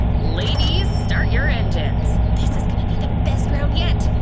ladies, start your engines. this is gonna be the best round yet.